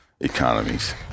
Economies